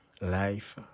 life